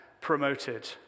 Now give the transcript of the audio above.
promoted